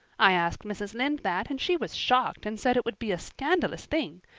i asked mrs. lynde that and she was shocked and said it would be a scandalous thing.